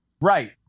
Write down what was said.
Right